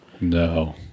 no